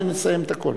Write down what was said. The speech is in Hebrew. שניים נגד,